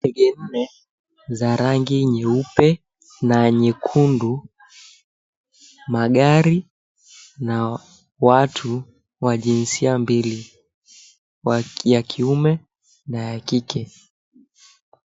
Ndege nne za rangi nyeupe na nyekundu, magari, na watu wa jinsia mbili — ya kiume na ya kike.